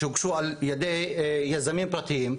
שהוגשו על ידי יזמים פרטיים,